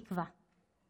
תקווה,